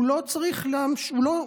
אתה רוצה לשמוע?